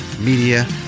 Media